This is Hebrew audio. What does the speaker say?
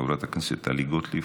חברת הכנסת טלי גוטליב,